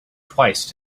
twice